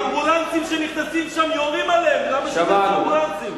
האמבולנסים שנכנסים לשם יורים עליהם, שמענו.